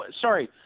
sorry